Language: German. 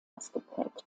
ausgeprägt